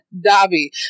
Dobby